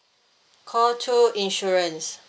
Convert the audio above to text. call two insurance